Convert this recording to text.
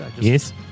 Yes